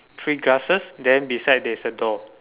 three glasses then beside there is a door